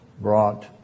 brought